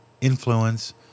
influence